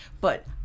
but-